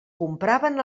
compraven